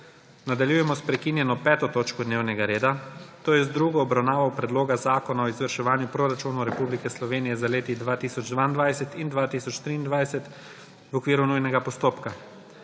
Nadaljujemo s prekinjeno 5. točko dnevnega reda, to je z drugo obravnavo Predloga zakona o izvrševanju proračunov Republike Slovenije za leti 2022 in 2023 v okviru nujnega postopka.